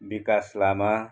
विकास लामा